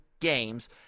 games –